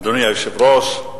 אדוני היושב-ראש,